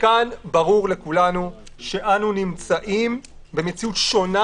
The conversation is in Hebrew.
מכאן ברור לכולנו שאנחנו נמצאים במציאות שונה